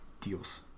deals